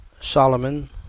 Solomon